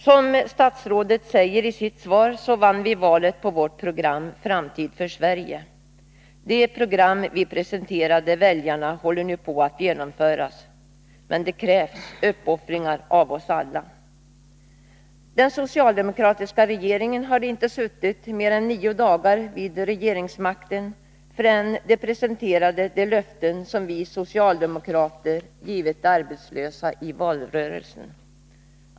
Som statsrådet säger i sitt svar, vann vi valet på vårt program ”Framtid för Sverige”. Det program vi presenterade väljarna håller nu på att genomföras, men det krävs uppoffringar av oss alla. Den socialdemokratiska regeringen hade inte suttit mer än nio dagar vid regeringsmakten förrän den presenterade åtgärder för att uppfylla de löften som vi socialdemokrater givit de arbetslösa i valrörelsen.